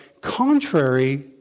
contrary